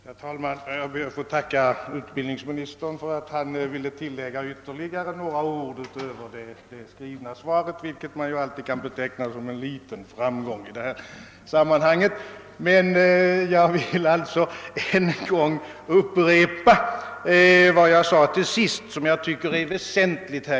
Herr talman! Jag ber att få tacka utbildningsministern för att han ville tillägga några ord utöver det skrivna svaret, vilket man ju alltid kan beteckna som en liten framgång i detta sammanhang. Men jag vill än en gång upprepa den fråga jag framförde avslutningsvis eftersom jag tycker den är väsentlig.